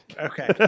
Okay